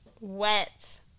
wet